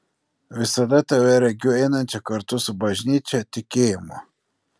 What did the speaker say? visada tave regiu einančią kartu su bažnyčia tikėjimu